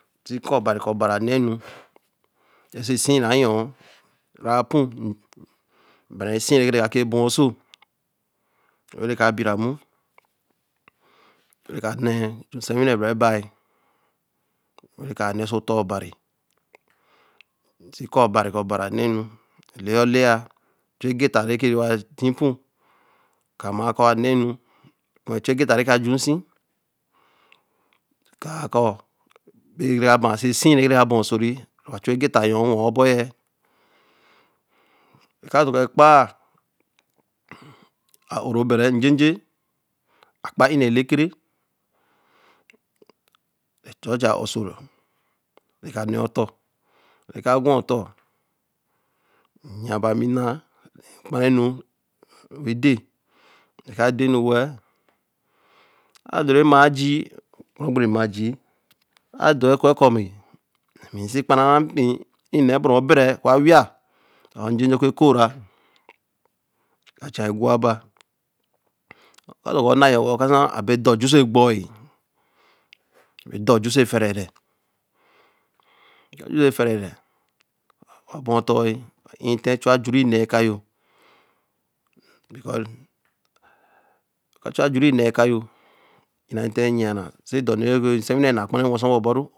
Si kɔ bari anɛ nu sii rā yɔɔ ra ti pu bārā esii rɛ bɔɔso werɛ ka bira mmu were kanɛ nsɛnwinɛ bārā ɛbai were ka'a nɛɛ osɔtɔɔ bari si kabari kɔbari aneenu, nɛ lea olea chu egeta anyɔ nnwɛɛ ɔbɔnyɛ. Ɛka ɔtɔ kɔɔ ekpaa a'o-rɛ-ɔbɛrɛ njenje akpa nnelekere chɔɔchi a'aso we ka nɛɛ ɔtɔ, rɛka gwɔ̃tɔ nnyia bami ɛnaa, mkpara enu we de mga denu wɛɛ, ade rɛmaajii mkpāra ogbere monjii, sadɔ rɛ kɔɛkɔ mi msi kpārara mpii nnɛ bara ɔbɛrɛ oku awia or njenje oku ekoo ra mgacha iguaba ɔka kɔ ɔka nayɔ wɛɛ abere do ju ose gbɔi, bere dɔjú ose fɛrɛrɛ mbɔ̃ tɔe, mjj ntitɛ ehu ajurii nɛɛ ja yo. ɔkachu ajurii nɛɛkayo m'irā ntɛ mnyiara sɛ dɔ ɔnɛ rii nsɛnwinɛnaa kpara nnwɛɛɛ ɔbɔru